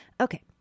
Okay